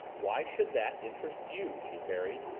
why should that interest you? she parried,